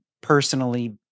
personally